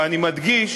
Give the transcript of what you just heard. ואני מדגיש